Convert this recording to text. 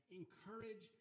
encourage